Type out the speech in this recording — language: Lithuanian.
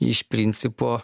iš principo